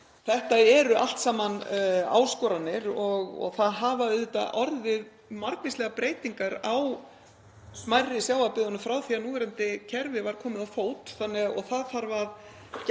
Þetta eru allt saman áskoranir. Það hafa auðvitað orðið margvíslegar breytingar á smærri sjávarbyggðunum frá því að núverandi kerfi var komið á fót og það þarf að